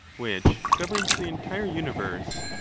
which governs the entire universe,